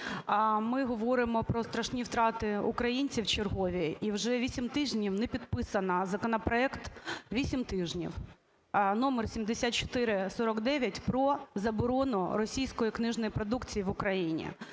ми говоримо про страшні втрати українців, чергові. І вже вісім тижнів не підписано законопроект, вісім тижнів, №7449, про заборону російської книжної продукції в Україні.